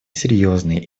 серьезные